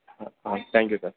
ம் hmm thank you sir